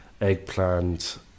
eggplant